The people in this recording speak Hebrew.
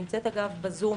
נמצאת בזום